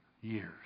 years